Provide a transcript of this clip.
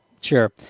sure